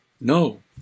No